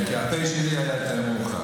הפ' שלי היה יותר מאוחר.